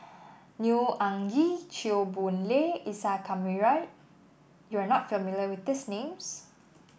Neo Anngee Chew Boon Lay Isa Kamari You are not familiar with these names